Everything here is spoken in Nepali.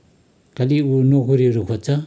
खालि ऊ नोकरीहरू खोज्छ